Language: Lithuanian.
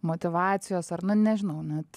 motyvacijos ar nu nežinau net